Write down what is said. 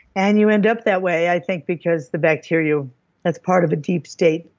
and you end up that way, i think because the bacteria that's part of a deep state,